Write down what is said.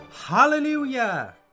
Hallelujah